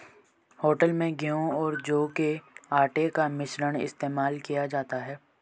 hotel में गेहूं और जौ के आटे का मिश्रण इस्तेमाल किया जाता है